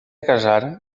casar